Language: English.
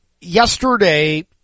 yesterday